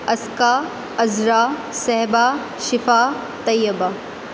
Askia Uzra Sahba Shifa Taiba